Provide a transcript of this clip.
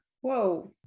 Whoa